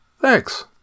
Thanks